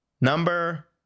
Number